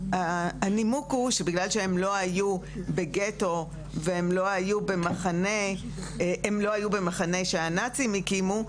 הנימוק הוא שבגלל שהם לא היו בגטו והם לא היו במחנה שהנאצים הקימו,